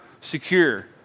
secure